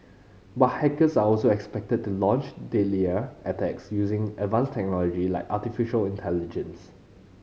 but hackers are also expected to launch deadlier attacks using advanced technology like artificial intelligence